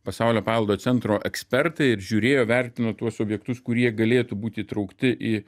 pasaulio paveldo centro ekspertai ir žiūrėjo vertino tuos objektus kurie galėtų būt įtraukti į